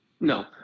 No